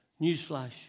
Newsflash